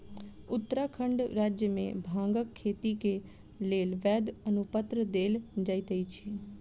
उत्तराखंड राज्य मे भांगक खेती के लेल वैध अनुपत्र देल जाइत अछि